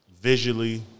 visually